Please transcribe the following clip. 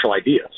ideas